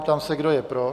Ptám se, kdo je pro?